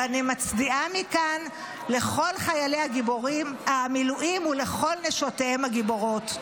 ואני מצדיעה מכאן לכל חיילי המילואים ולכל נשותיהם הגיבורות.